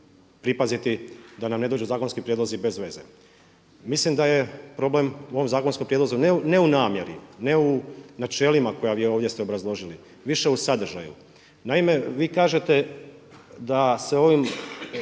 pripaziti da nam ne dođu zakonski prijedlozi bezveze. Mislim da je problem u ovom zakonskom prijedlogu ne u namjeri, ne u načelima koja ste vi ovdje obrazložili, više u sadržaju. Naime, vi kažete da se ovim